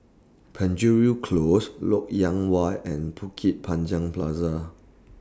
Penjuru Close Lok Yang Way and Bukit Panjang Plaza